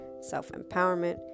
self-empowerment